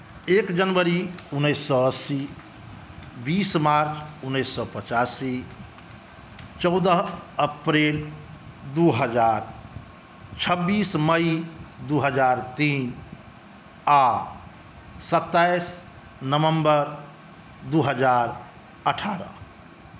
एक जनवरी उनैस सए अस्सी बीस मार्च उनैस सए पचासी चौदह अप्रिल दू हजार छब्बीस मइ दू हजार तीन आ सत्ताइस नवम्बर दू हजार अठारह